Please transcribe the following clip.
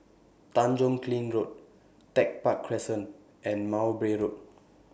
Tanjong Kling Road Tech Park Crescent and Mowbray Road